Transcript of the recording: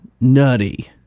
nutty